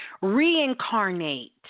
reincarnate